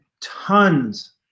tons